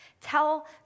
Tell